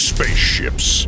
Spaceships